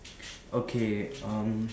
okay um